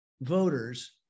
Voters